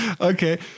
Okay